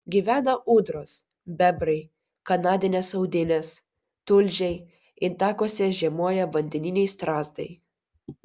gyvena ūdros bebrai kanadinės audinės tulžiai intakuose žiemoja vandeniniai strazdai